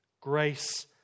grace